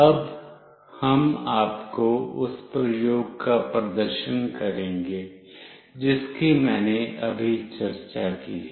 अब हम आपको उस प्रयोग का प्रदर्शन करेंगे जिसकी मैंने अभी चर्चा की है